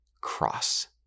cross